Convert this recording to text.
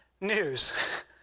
news